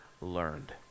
learned